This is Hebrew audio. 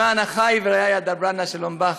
למען אחי ורעי אדברה נא שלום בך".